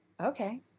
okay